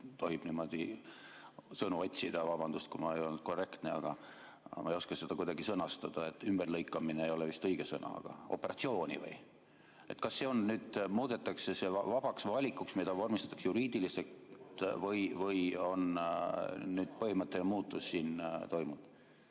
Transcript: tohib niimoodi sõnu otsida? Vabandust, kui ma ei olnud korrektne, aga ma ei oska seda kuidagi sõnastada. "Ümberlõikamine" ei ole vist õige sõna. Aga operatsioon või? Kas see nüüd muudetakse vabaks valikuks, mis vormistatakse juriidiliselt, või on siin põhimõtteline muutus toimunud?